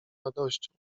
radością